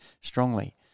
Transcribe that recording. strongly